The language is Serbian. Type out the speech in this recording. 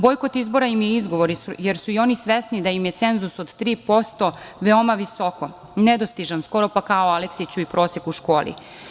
Bojkot izbora im je izgovor, jer su i oni svesni da im je cenzus od 3% veoma visoko, nedostižan, skoro pa kao Aleksiću i prosek u školi.